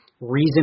reason